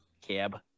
cab